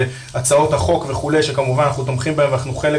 הצעות החוק וכולי שכמובן אנחנו תומכים בהם ואנחנו חלק